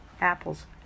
Apples